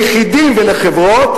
ליחידים ולחברות,